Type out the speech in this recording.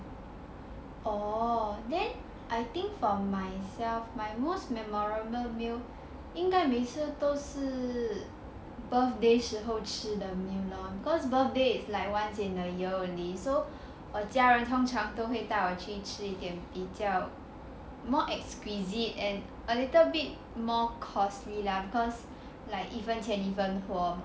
orh then I think for myself right my most memorable meal 应该每次都是 birthdays 时候吃的 meal cause birthday is like once in a year only so 我家人通常都会带我去吃一点比较 more exquisite and a little bit more costly lah because like even 火锅